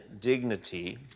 dignity